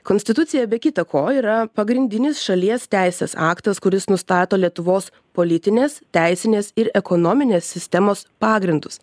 konstitucija be kita ko yra pagrindinis šalies teisės aktas kuris nustato lietuvos politinės teisinės ir ekonominės sistemos pagrindus